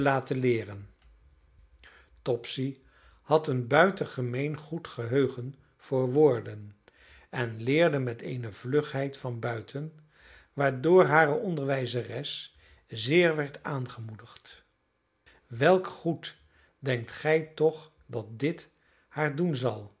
leeren topsy had een buitengemeen goed geheugen voor woorden en leerde met eene vlugheid van buiten waardoor hare onderwijzeres zeer werd aangemoedigd welk goed denkt gij toch dat dit haar doen zal